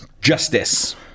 Justice